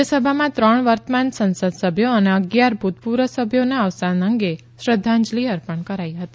રાજ્યસભામાં ત્રણ વર્તમાન સંસદ સભ્યો અને અગ્યાર ભૂતપૂર્વ સભ્યોના અવસાન અંગે શ્રધ્ધાંજલિ અર્પણ કરાઈ હતી